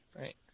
right